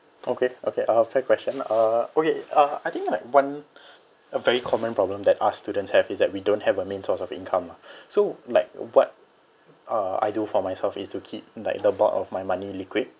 okay okay uh fair question uh okay uh I think like one a very common problem that our students have is that we don't have a main source of income lah so like what uh I do for myself is to keep like the bulk of my money liquid